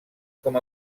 com